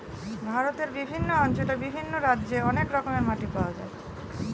ভারতের বিভিন্ন অঞ্চলে এবং বিভিন্ন রাজ্যে অনেক রকমের মাটি পাওয়া যায়